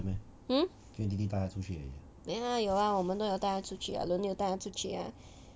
!huh! 没有啊有啊我们都有带它出去啊轮流带它出去啊